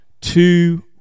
two